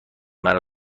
مرا